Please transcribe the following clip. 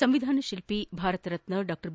ಸಂವಿಧಾನ ಶಿಲ್ಪಿ Bharat Ratna Dr B